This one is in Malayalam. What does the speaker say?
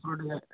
ആണല്ലേ